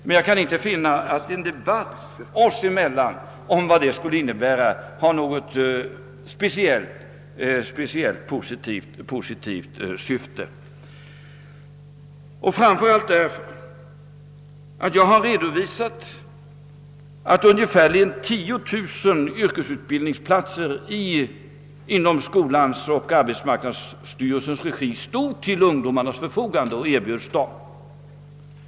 Men jag kan inte finna att en debatt oss emellan om vad det skulle innebära har något speciellt positivt syfte — framför allt med tanke på att jag har redovisat att ungefärligen 10 000 yrkesutbildningsplatser i skolans och arbetsmarknadsstyrelsens regi står till ungdomarnas förfogande och erbjuds dem.